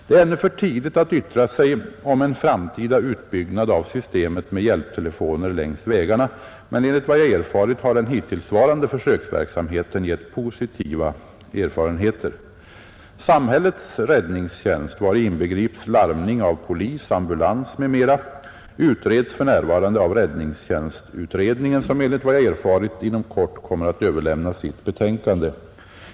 Det är ännu för tidigt att yttra sig om en framtida utbyggnad av systemet med hjälptelefoner längs vägarna, men enligt vad jag erfarit har den hittillsvarande försöksverksamheten gett positiva erfarenheter. Samhällets räddningstjänst — vari inbegrips larmning av polis, ambulans m. m, — utreds för närvarande av räddningstjänstutredningen, som enligt vad jag erfarit inom kort kommer att överlämna sitt betänkande.